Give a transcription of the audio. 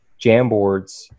Jamboards